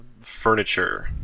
furniture